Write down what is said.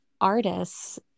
artists